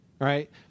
right